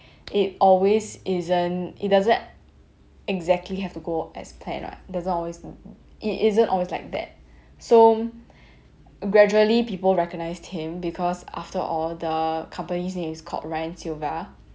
it always isn't it doesn't exactly have to go as planned what doesn't always it isn't always like that so gradually people recognised him because after all the company's name is called ryan sylvia